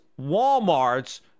Walmart's